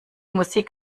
musik